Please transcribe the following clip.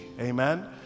amen